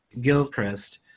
Gilchrist